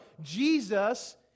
Jesus